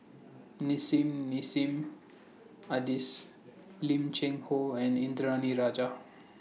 Nissim Nassim Adis Lim Cheng Hoe and Indranee Rajah